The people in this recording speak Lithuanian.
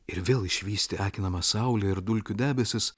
ir vėl išvysti akinamą saulę ir dulkių debesis